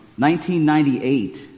1998